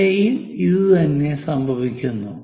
ഇവിടെയും ഇതുതന്നെ സംഭവിക്കുന്നു